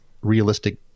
realistic